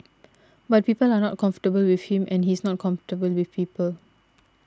but people are not comfortable with him and he's not comfortable with people